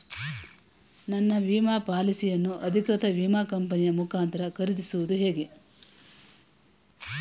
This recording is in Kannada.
ನನ್ನ ವಿಮಾ ಪಾಲಿಸಿಯನ್ನು ಅಧಿಕೃತ ವಿಮಾ ಕಂಪನಿಯ ಮುಖಾಂತರ ಖರೀದಿಸುವುದು ಹೇಗೆ?